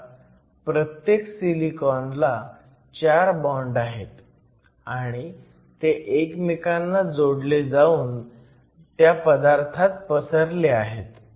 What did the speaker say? आत प्रत्येक सिलिकॉनला 4 बॉण्ड आहेत आणि ते एकमेकांना जोडले जाऊन त्या पदार्थात पसरले आहेत